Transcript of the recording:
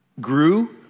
grew